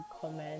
comment